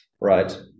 right